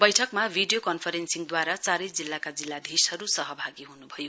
बैठकमा भिडीयो कन्फरेन्सिङद्वारा चारै जिल्लाका जिल्लाधीशहरू सहभागी हुनुभयो